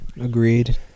Agreed